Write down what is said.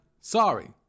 sorry